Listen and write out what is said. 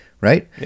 right